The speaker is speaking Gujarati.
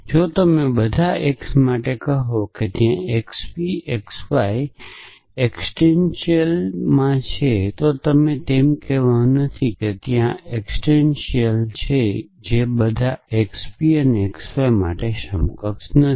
જો તમે બધા x માટે કહો છો કે ત્યાં xp xy એકસીટેંટીયલમાં છે તો તે એમ કહેવા જેવું નથી કે ત્યાં એકસીટેંટીયલમાં છે તે બધા xp xy માટે સમકક્ષ નથી